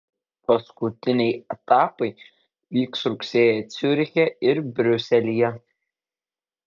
paskutiniai etapai vyks rugsėjį ciuriche ir briuselyje